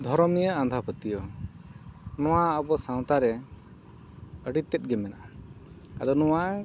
ᱫᱷᱚᱨᱚᱢᱤᱭᱟᱹ ᱟᱸᱫᱷᱟᱯᱟᱹᱛᱭᱟᱹᱣ ᱱᱚᱣᱟ ᱟᱵᱚ ᱥᱟᱶᱛᱟᱨᱮ ᱟᱹᱰᱤᱛᱮᱫᱼᱜᱮ ᱢᱮᱱᱟᱜᱼᱟ ᱟᱫᱚ ᱱᱚᱣᱟ